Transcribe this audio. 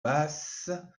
basse